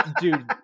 dude